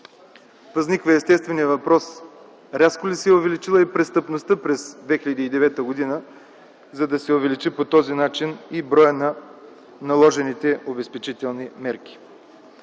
Възниква естественият въпрос: рязко ли се е увеличила престъпността през 2009 г., за да се увеличи по този начин броят на наложените обезпечителни мерки.